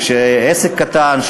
כשעסק קטן,